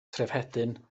trefhedyn